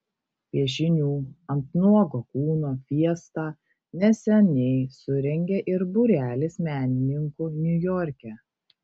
piešinių ant nuogo kūno fiestą neseniai surengė ir būrelis menininkų niujorke